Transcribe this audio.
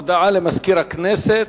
הודעה למזכיר הכנסת.